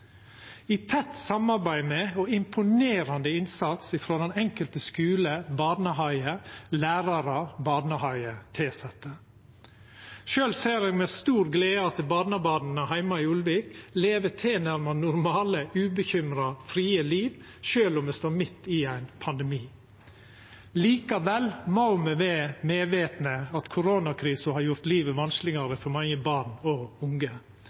i tett samarbeid med og med imponerande innsats frå den enkelte skule, barnehage, lærar og barnehagetilsette. Sjølv ser eg med stor glede at barnebarna heime i Ulvik lever tilnærma normale, ubekymra og frie liv, sjølv om me står midt i ein pandemi. Likevel må me vera medvitne at koronakrisa har gjort livet vanskelegare for mange barn og unge,